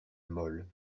molle